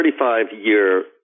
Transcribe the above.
35-year